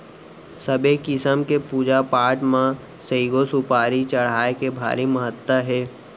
सबे किसम के पूजा पाठ म सइघो सुपारी चघाए के भारी महत्ता हे